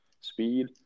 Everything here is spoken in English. speed